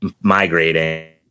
migrating